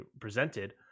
presented